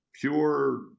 pure